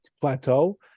plateau